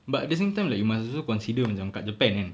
but at the same time like you must also consider macam kat japan kan